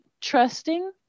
trusting